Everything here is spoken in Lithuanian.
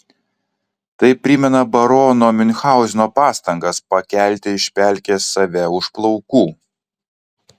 tai primena barono miunchauzeno pastangas pakelti iš pelkės save už plaukų